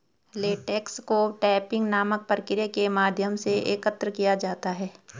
latex को tapping नामक प्रक्रिया के माध्यम से एकत्र किया जाता है